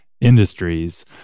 industries